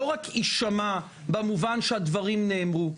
לא רק יישמע במובן שהדברים נאמרו,